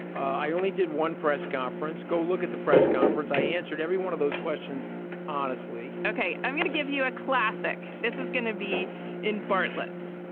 i only did one press conference. go look at the press conference i answered every one of those questions honestly ok. i'm gonna give you a classic. this is gonna be in bartlett's.